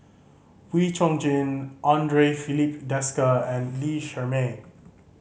Wee Chong Jin Andre Filipe Desker and Lee Shermay